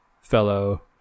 fellow